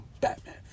Batman